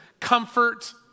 comfort